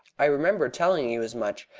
i remember telling you as much.